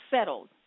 settled